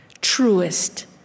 truest